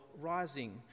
rising